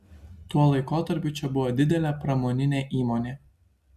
tuo laikotarpiu čia buvo didelė pramoninė įmonė